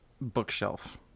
bookshelf